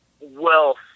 wealth